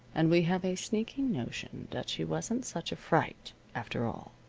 and we have a sneaking notion that she wasn't such a fright after all.